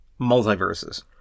Multiverses